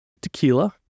Tequila